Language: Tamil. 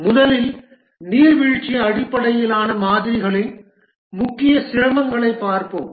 முதலில் நீர்வீழ்ச்சி அடிப்படையிலான மாதிரிகளின் முக்கிய சிரமங்களைப் பார்ப்போம்